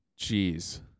Jeez